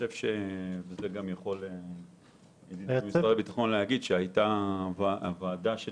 גם משרד הביטחון יוכל לומר שהייתה ועדה של